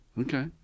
okay